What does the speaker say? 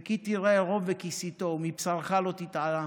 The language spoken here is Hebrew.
וכי תראה ערֹם וכִסיתו ומבשרך לא תתעלם."